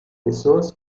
pessoas